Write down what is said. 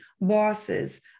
bosses